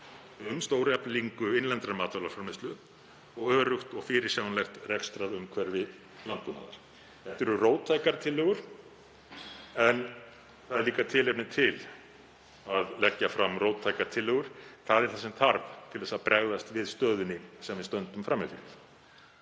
um stóreflingu innlendrar matvælaframleiðslu og öruggt og fyrirsjáanlegt rekstrarumhverfi landbúnaðar. Þetta eru róttækar tillögur en það er líka tilefni til að leggja fram róttækar tillögur. Það er það sem þarf til að bregðast við stöðunni sem við stöndum frammi